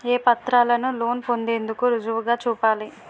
ఏ పత్రాలను లోన్ పొందేందుకు రుజువుగా చూపాలి?